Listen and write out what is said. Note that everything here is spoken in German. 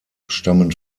stammen